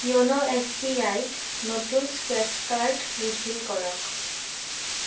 YONO S B আইত নতুন scratch card reveal কৰক